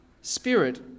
spirit